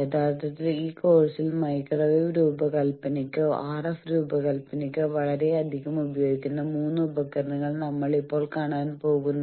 യഥാർത്ഥത്തിൽ ഈ കോഴ്സിൽ മൈക്രോവേവ് രൂപകൽപ്പനയ്ക്കോ RF രൂപകൽപ്പനയ്ക്കോ വളരെയധികം ഉപയോഗിക്കുന്ന 3 ഉപകരണങ്ങൾ നമ്മൾ ഇപ്പോൾ കാണാൻ പോകുന്നു